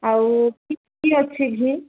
ଆଉ ଅଛି ଘି